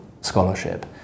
scholarship